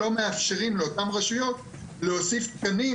לא מאפשרים לאותן רשויות להוסיף תקנים